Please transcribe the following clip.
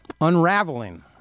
unraveling